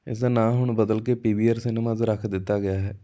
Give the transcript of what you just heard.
ਇਸਦਾ ਨਾਂ ਹੁਣ ਬਦਲ ਕੇ ਪੀ ਵੀ ਆਰ ਸਿਨੇਮਾਜ਼ ਰੱਖ ਦਿੱਤਾ ਗਿਆ ਹੈ